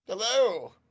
hello